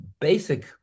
basic